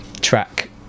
track